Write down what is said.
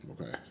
Okay